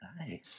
Hi